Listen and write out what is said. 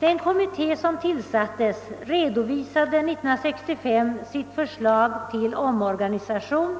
Den kommitté som tillsatts redovisade 1965 sitt förslag till omorganisation,